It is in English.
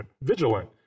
vigilant